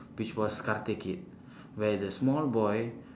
which was karthik kid where the small boy